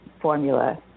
formula